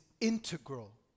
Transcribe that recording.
integral